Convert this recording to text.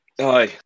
Hi